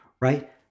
Right